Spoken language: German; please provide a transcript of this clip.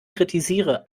kritisiere